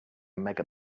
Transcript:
mega